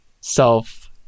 self